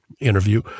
interview